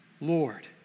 Lord